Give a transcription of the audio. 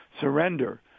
surrender